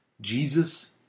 Jesus